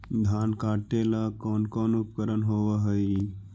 धान काटेला कौन कौन उपकरण होव हइ?